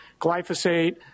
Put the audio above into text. glyphosate